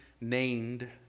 named